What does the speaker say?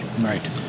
Right